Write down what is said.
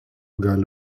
gali